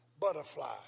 butterfly